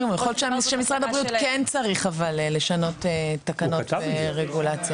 ויכול להיות שמשרד הבריאות כן צריך לשנות תקנות ורגולציה.